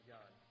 God